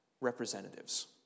Representatives